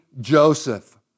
Joseph